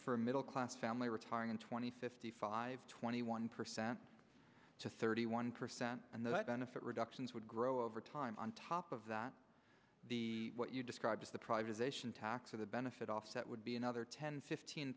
for middle class family retiring in two thousand and fifty five twenty one percent to thirty one percent and that benefit reductions would grow over time on top of that the what you described as the privatization tax or the benefit offset would be another ten fifteen